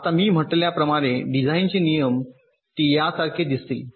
आता मी म्हटल्याप्रमाणे डिझाइनचे नियम ते यासारखे दिसतील